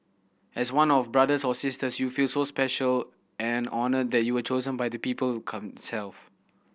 as one of brothers or sisters you feel so special and honoured that you were chosen by the people